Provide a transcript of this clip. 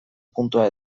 puntua